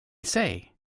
say